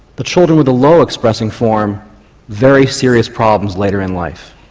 the children with the low expression form very serious problems later in life.